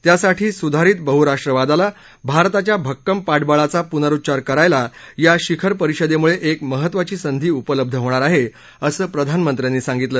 त्यासाठी सुधारित बहराष्ट्रवादाला भारताच्या भक्कम पाठबळाचा पुनरुच्चार करायला या शिखर परिषदेम्ळे एक महत्त्वाची संधी उपलब्ध होणार हे असं प्रधानमंत्र्यांनी सांगितलं